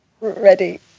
Ready